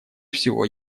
всего